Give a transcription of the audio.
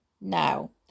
Now